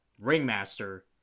Ringmaster